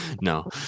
No